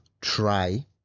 try